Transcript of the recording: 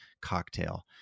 cocktail